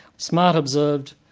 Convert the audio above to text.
smart observed,